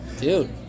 dude